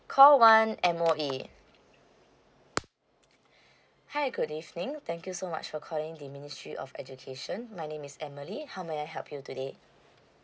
call one M_O_E hi good evening thank you so much for calling the ministry of education my name is emily how may I help you today